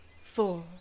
four